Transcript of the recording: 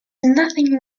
nothing